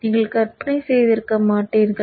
நீங்கள் கற்பனை செய்திருக்க மாட்டீர்கள்